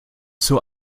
zur